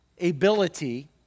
ability